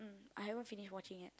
I haven't finish watching yet